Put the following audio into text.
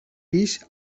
pis